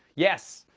yes,